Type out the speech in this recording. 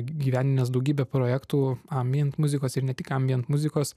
įgyvendinęs daugybę projektų ambient muzikos ir ne tik ambient muzikos